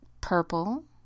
Purple